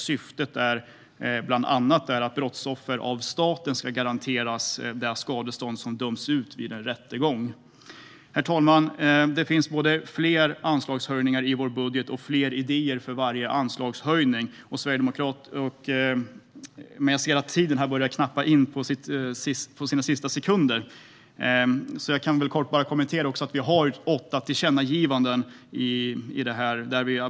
Syftet är bland annat att staten ska garantera brottsoffer det skadestånd som döms ut vid en rättegång. Herr talman! Det finns både fler anslagshöjningar i vår budget och fler idéer för varje anslagshöjning, men jag ser att min talartid börjar gå mot sina sista sekunder. Jag kan dock kort konstatera att vi har åtta tillkännagivanden i detta.